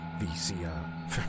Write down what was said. V-C-R